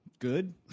good